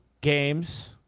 games